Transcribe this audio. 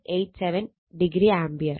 87o ampere